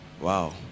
wow